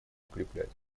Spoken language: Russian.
укреплять